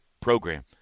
program